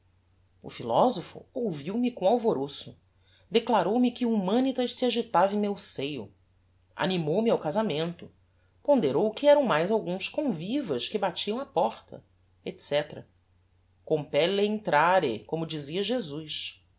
o philosopho ouviu-me com alvoroço declarou-me que humanitas se agitava em meu seio animou me ao casamento ponderou que eram mais alguns convivas que batiam á porta etc compelle intrare como dizia jesus